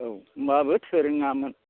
औ होमब्लाबो थोरोङामोन